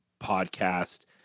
podcast –